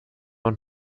und